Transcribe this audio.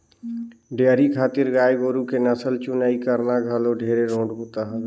dairy खातिर गाय गोरु के नसल चुनई करना घलो ढेरे रोंट बूता हवे